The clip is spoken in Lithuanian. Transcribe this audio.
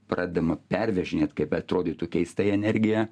pradedama pervežinėti kaip beatrodytų keistai energija